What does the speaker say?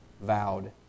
vowed